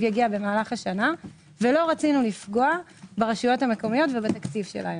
יגיע במהלך השנה ולא רצינו לפגוע ברשויות המקומיות ובתקציב שלהם.